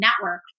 network